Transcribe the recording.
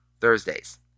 thursdays